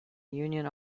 union